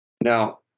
Now